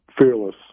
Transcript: Fearless